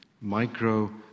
micro